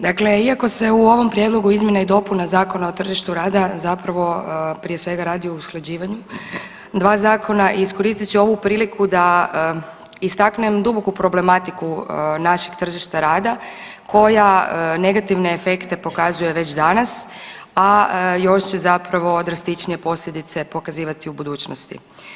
Dakle, iako se u ovom prijedlogu izmjena i dopuna Zakona o tržištu rada zapravo prije svega radi o usklađivanju dva zakona iskoristit ću ovu priliku da istaknem duboku problematiku našeg tržišta rada koja negativne efekte pokazuje već danas, a još će zapravo drastičnije posljedice pokazivati u budućnosti.